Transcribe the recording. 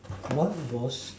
what was